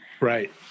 Right